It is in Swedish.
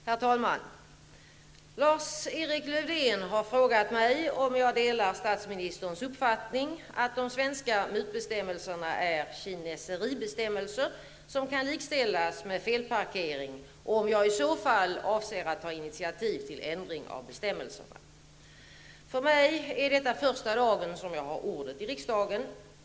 Herr talman! Lars-Erik Lövdén har frågat mig om jag delar statsministerns uppfattning att de svenska mutbestämmelserna är ''kineseribestämmelser'' som kan likställas med felparkering och om jag i så fall avser att ta initiativ till ändring av bestämmelserna. För mig är detta första dagen som jag har ordet i riksdagen.